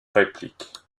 répliques